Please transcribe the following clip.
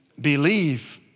believe